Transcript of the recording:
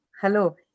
hello